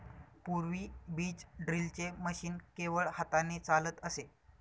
पूर्वी बीज ड्रिलचे मशीन केवळ हाताने चालत असे